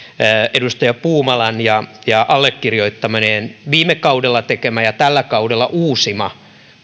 edustaja puumalan ja ja allekirjoittaneen viime kaudella tekemä ja tällä kaudella uusima